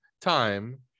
time